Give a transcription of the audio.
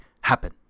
happen